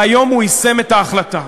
והיום הוא יישם את ההחלטה.